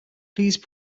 please